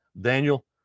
Daniel